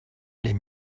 les